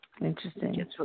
Interesting